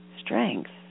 strength